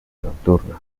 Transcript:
nocturna